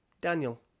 Daniel